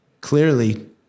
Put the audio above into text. clearly